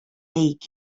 икән